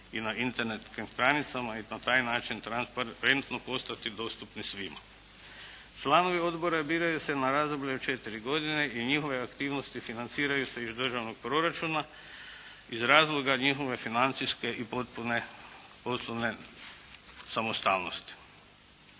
i na internetskim stranicama i na taj način transparentno postati dostupni svima. Članovi odbora biraju se na razdoblje od 4 godine i njihove aktivnosti financiraju se iz državnog proračuna iz razloga njihove financijske i potpune samostalnosti.